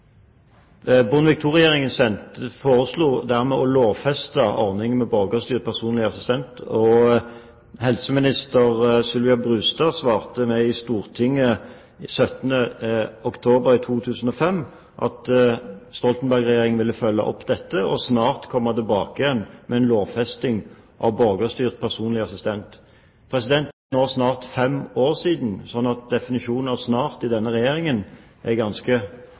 foreslo dermed å lovfeste ordningen med borgerstyrt personlig assistent. På skriftlig spørsmål 17. oktober 2005 svarte helseminister Sylvia Brustad meg at Stoltenberg-regjeringen ville følge opp dette, og snart komme tilbake igjen med en lovfesting av borgerstyrt personlig assistent. Det er nå snart fem år siden, slik at definisjonen av «snart» i denne regjeringen er ganske